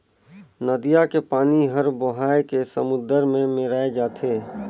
नदिया के पानी हर बोहाए के समुन्दर में मेराय जाथे